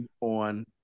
on